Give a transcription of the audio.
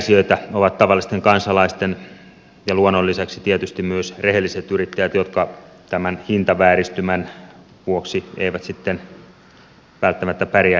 kärsijöitä ovat tavallisten kansalaisten ja luonnon lisäksi tietysti myös rehelliset yrittäjät jotka tämän hintavääristymän vuoksi eivät sitten välttämättä pärjää kilpailussa